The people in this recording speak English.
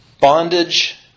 Bondage